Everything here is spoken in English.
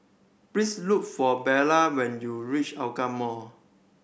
please look for Bella when you reach Hougang Mall